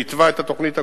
שהתווה את התוכנית הקודמת,